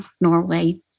norway